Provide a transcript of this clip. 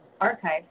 archive